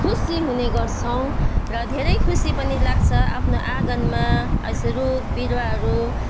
खुसी हुने गर्छौँ र धेरै खुसी पनि लाग्छ आफ्नो आँगनमा यसो रुख बिरुवाहरू